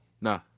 Nah